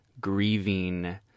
grieving